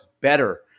better